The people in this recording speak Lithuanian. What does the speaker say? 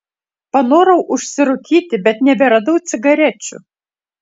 panorau užsirūkyti bet neberadau cigarečių